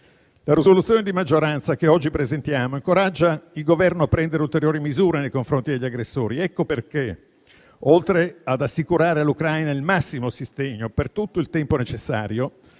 La risoluzione di maggioranza, che oggi presentiamo, incoraggia il Governo a prendere ulteriori misure nei confronti degli aggressori. Ecco perché, oltre ad assicurare all'Ucraina il massimo sostegno per tutto il tempo necessario,